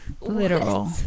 literal